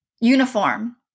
uniform